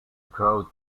growth